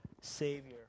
Savior